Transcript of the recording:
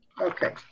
Okay